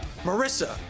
Marissa